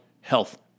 health